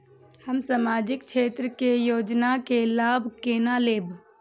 हम सामाजिक क्षेत्र के योजना के लाभ केना लेब?